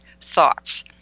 Thoughts